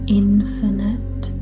infinite